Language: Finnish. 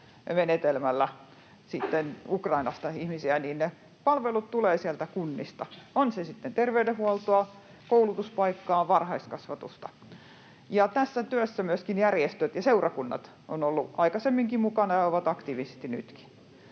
menetelmällä sitten Ukrainasta ihmisiä, niin palvelut tulevat kunnista, on se sitten terveydenhuoltoa, koulutuspaikkaa, varhaiskasvatusta. Ja tässä työssä myöskin järjestöt ja seurakunnat ovat olleet aikaisemminkin mukana ja ovat aktiivisesti nytkin.